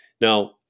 Now